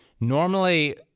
normally